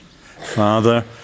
Father